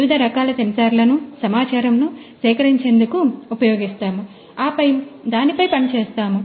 వివిధ రకాల సెన్సార్లను సమాచారమును సేకరించేందుకు ఉపయోగిస్తాము ఆపై దానిపై పని చేస్తాము